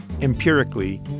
empirically